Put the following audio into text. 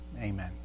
Amen